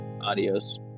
adios